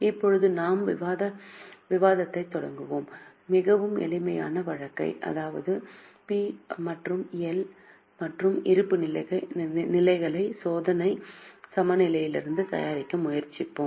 இப்போது நாம் இந்த விவாதத்தைத் தொடர்வோம் மிகவும் எளிமையான வழக்கை எடுத்து பி மற்றும் எல் மற்றும் இருப்புநிலைகளை சோதனை சமநிலையிலிருந்து தயாரிக்க முயற்சிப்போம்